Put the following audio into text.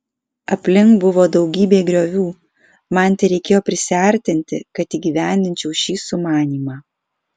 aplink buvo daugybė griovų man tereikėjo prisiartinti kad įgyvendinčiau šį sumanymą